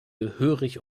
gehörig